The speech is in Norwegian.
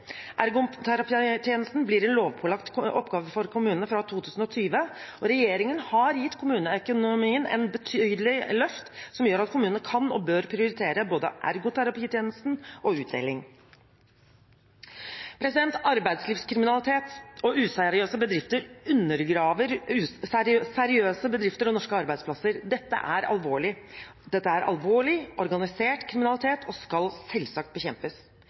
blir en lovpålagt oppgave for kommunene fra 2020. Regjeringen har gitt kommuneøkonomien et betydelig løft, som gjør at kommunene kan og bør prioritere både ergoterapitjenesten og utdeling. Arbeidslivskriminalitet og useriøse bedrifter undergraver seriøse bedrifter og norske arbeidsplasser. Dette er alvorlig, organisert kriminalitet og skal selvsagt bekjempes.